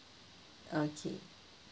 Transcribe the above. okay